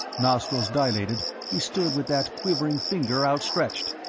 nostrils dilated, he stood with that quivering finger outstretched,